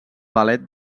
ballet